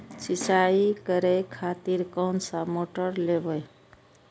सीचाई करें खातिर कोन सा मोटर लेबे?